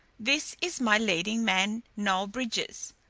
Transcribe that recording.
this is my leading man, noel bridges.